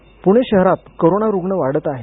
पूणे शहरात करोनारुग्ण वाढत आहेत